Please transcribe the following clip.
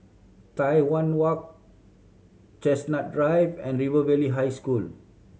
Tai Hwan Walk Chestnut Drive and River Valley High School